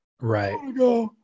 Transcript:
Right